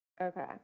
Okay